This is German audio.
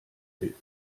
will